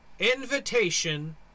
Invitation